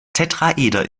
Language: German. tetraeder